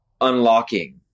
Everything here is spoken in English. unlocking